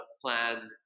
plan